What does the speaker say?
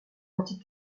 anti